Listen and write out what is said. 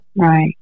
right